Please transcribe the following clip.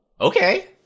okay